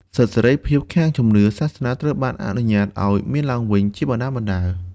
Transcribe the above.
សិទ្ធិសេរីភាពខាងជំនឿសាសនាត្រូវបានអនុញ្ញាតឱ្យមានឡើងវិញជាបណ្តើរៗ។